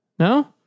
No